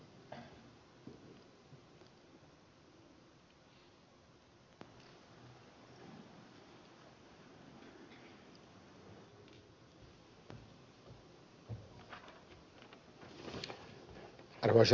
arvoisa herra puhemies